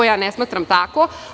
Ja ne smatram tako.